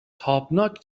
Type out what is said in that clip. تابناک